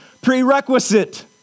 prerequisite